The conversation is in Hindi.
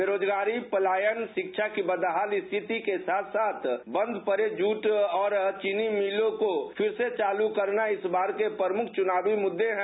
बेरोजगारी पलायन शिक्षा की बदहाल स्थिति के साथ साथ बंद पड़े जूट और चीनी मिलों को फिर से चालू करना इस बार के प्रमुख चुनावी मुद्दे हैं